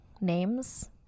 names